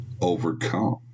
Overcome